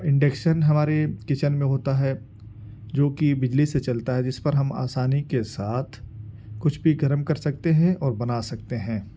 انڈیکسن ہمارے کچن میں ہوتا ہے جو کہ بجلی سے چلتا ہے جس پر ہم آسانی کے ساتھ کچھ بھی گرم کر سکتے ہیں اور بنا سکتے ہیں